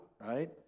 right